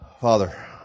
Father